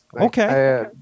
Okay